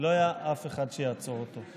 ולא היה אף אחד שיעצור אותו.